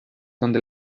donde